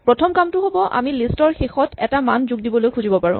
প্ৰথম কামটো হ'ব আমি লিষ্ট ৰ শেষত এটা মান যোগ দিবলৈ খুজিব পাৰো